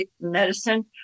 medicine